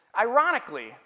Ironically